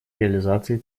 реализации